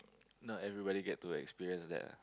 not everybody get to experience that ah